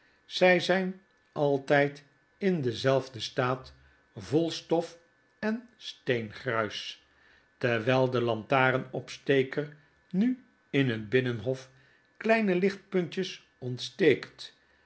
gemaakt zijn zy zyn altyd in denzelfden staat vol stof en steengruis terwyl de lantaarnopsteker nu in het binnenhof kleme lichtpuntjes onteteekt